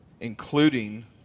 including